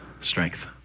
strength